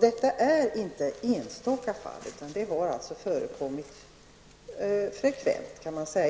Detta gäller inte enstaka fall, utan det har förekommit alltför ofta.